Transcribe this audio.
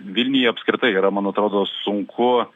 vilniuje apskritai yra man atrodo sunku